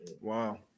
Wow